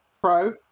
Pro